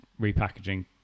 repackaging